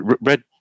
Red